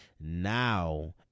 Now